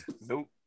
Nope